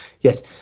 Yes